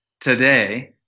today